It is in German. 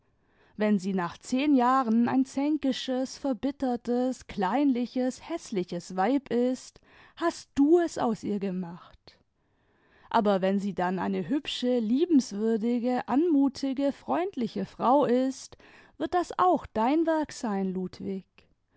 wenn sie nach zehn jahren ein zänkisches verbittertes kleinliches häßliches weib ist hast du es aus ihr gemacht aber wenn sie dann eine hübsche liebenswürdige anmutige freundliche frau ist wird das auch dein werk sein ludwig